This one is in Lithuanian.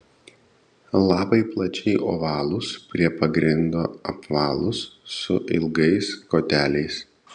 lapai plačiai ovalūs prie pagrindo apvalūs su ilgais koteliais